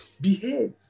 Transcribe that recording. behave